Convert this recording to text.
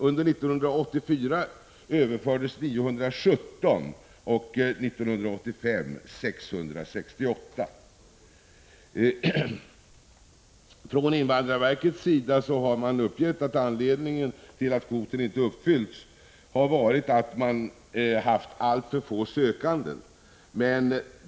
Under 1984 överfördes 917 och under 1985 var det 668. Från invandrarverket har uppgivits att anledningen till att kvoten inte har uppfyllts har varit att man har haft alltför få sökande.